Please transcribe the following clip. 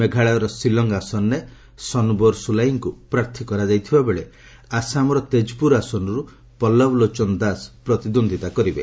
ମେଘାଳୟର ସିଲ୍ଟ ଆସନରେ ସନ୍ବୋର ସୁଲାଇଙ୍କୁ ପ୍ରାର୍ଥୀ କରାଯାଇଥିବା ବେଳେ ଆସାମର ତେଜ୍ପୁର ଆସନରୁ ପଲ୍ଲବ ଲୋଚନ ଦାସ ପ୍ରତିଦ୍ୱନ୍ଦ୍ୱିତା କରିବେ